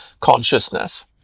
consciousness